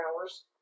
hours